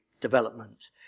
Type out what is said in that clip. development